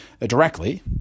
directly